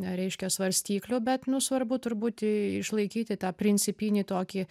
reiškia svarstyklių bet nu svarbu turbūt išlaikyti tą principinį tokį